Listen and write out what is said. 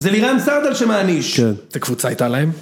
זה לירן סרדל שמעניש. כן, איזה קבוצה הייתה להם?